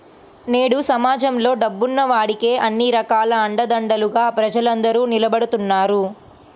నేడు సమాజంలో డబ్బున్న వాడికే అన్ని రకాల అండదండలుగా ప్రజలందరూ నిలబడుతున్నారు